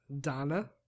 donna